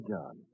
John